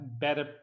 better